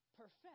Perfect